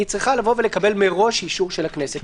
היא צריכה לבוא ולקבל מראש אישור של הכנסת.